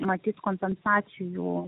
matyt kompensacijų